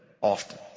often